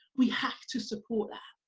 we have to support that.